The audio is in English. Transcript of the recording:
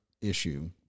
issue